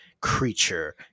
creature